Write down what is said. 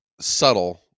subtle